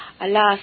Alas